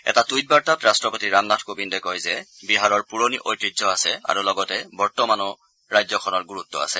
এটা টুইট বাৰ্তাত ৰাট্টপতি ৰামনাথ কোবিন্দে কয় যে বিহাৰৰ পুৰণি ঐতিহ্য আছে আৰু লগতে বৰ্তমানতো ৰাজ্যখনৰ গুৰুত্ব আছে